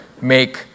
make